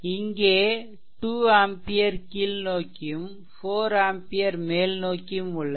இங்கே 2 ஆம்பியர் கீழ்நோக்கியும் 4 ஆம்பியர் மேல் நோக்கியும் உள்ளது